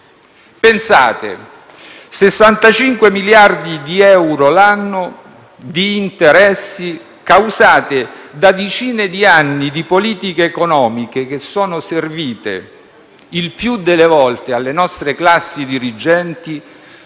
Pensate: 65 miliardi di euro l'anno di interessi causati da decine di anni di politiche economiche che sono servite, il più delle volte, alle nostre classi dirigenti